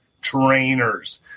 trainers